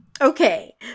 Okay